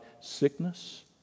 sickness